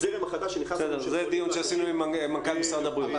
הזרם החדש --- זה דיון שעשינו עם מנכ"ל משרד הבריאות.